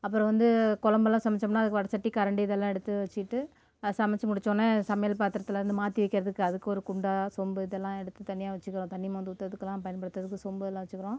அப்புறம் வந்து குழம்பெல்லாம் சமைச்சோம்னா அதுக்கு வடைசட்டி கரண்டி இதெல்லாம் எடுத்து வச்சுக்கிட்டு சமைத்து முடிச்சோடன சமையல் பாத்திரத்துலேருந்து மாற்றி வைக்கிறதுக்கு அதுக்கு ஒரு குண்டான் சொம்பு இதெல்லாம் எடுத்து தனியாக வச்சுக்கிறோம் தண்ணி மொண்டு ஊற்றுறதுக்கெல்லாம் பயன்படுத்துகிறதுக்கு சொம்பு எல்லாம் வச்சுக்கிறோம்